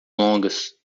longas